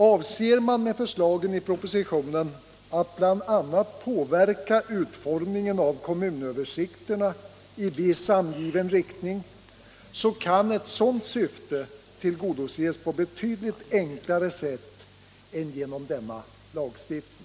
Avser man med förslagen i propositionen att bl.a. påverka utformningen av kommunöversikterna i viss angiven riktning, kan ett sådant syfte tillgodoses på betydligt enklare sätt än genom denna lagstiftning.